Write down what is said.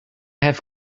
have